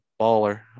baller